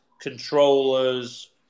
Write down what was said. controllers